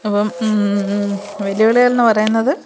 അപ്പം വെല്ലുവിളികൾ എന്ന് പറയുന്നത്